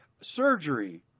surgery